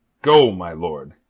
go, my lord,